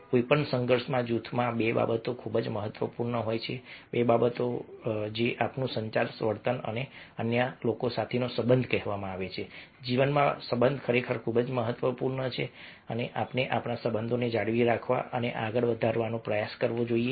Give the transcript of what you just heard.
કોઈપણ સંઘર્ષમાં જૂથમાં બે બાબતો ખૂબ જ મહત્વપૂર્ણ હોય છે બે બાબતો ખૂબ જ મહત્વપૂર્ણ હોય છે જેને આપણું સંચાર વર્તન અને અન્ય લોકો સાથેનો સંબંધ કહેવામાં આવે છે જીવનમાં સંબંધ ખરેખર ખૂબ જ મહત્વપૂર્ણ છે અને આપણે આપણા સંબંધોને જાળવી રાખવા અને આગળ વધારવાનો પ્રયાસ કરવો જોઈએ